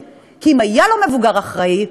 אם היה לו מבוגר אחראי,